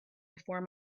before